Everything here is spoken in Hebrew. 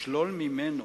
לשלול ממנו